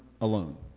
alone